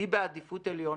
היא בעדיפות עליונה.